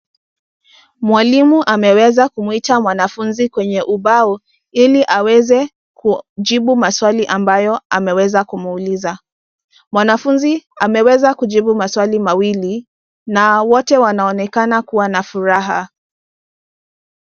Mwalimu ameweza kumuita mwanafunzi kwenye ubao ili aweze kujibu maswali ambayo ameweza kumuuliza. Mwanafunzi ameweza kujibu maswali mawili na wote wanaonekana kuwa na furaha.